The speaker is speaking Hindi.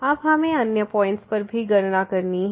अब हमें अन्य पॉइंट्स पर भी गणना करनी है